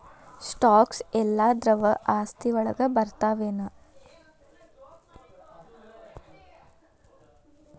Stocks ಯೆಲ್ಲಾ ದ್ರವ ಆಸ್ತಿ ವಳಗ್ ಬರ್ತಾವೆನ?